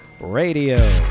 Radio